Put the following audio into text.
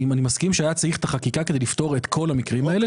אני מסכים שהיה צריך את החקיקה כדי לפתור את כל המקרים האלה,